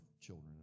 children